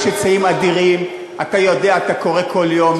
יש היצעים אדירים, אתה יודע, אתה קורא כל יום.